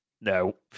no